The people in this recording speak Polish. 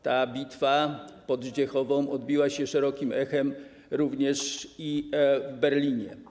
Ta bitwa pod Zdziechową odbiła się szerokim echem również w Berlinie.